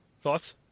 thoughts